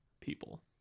people